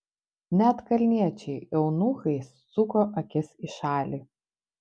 net kalniečiai eunuchai suko akis į šalį